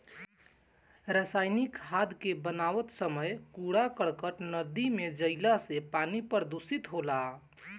रासायनिक खाद के बनावत समय कूड़ा करकट नदी में जईला से पानी प्रदूषित होला